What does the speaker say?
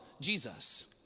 Jesus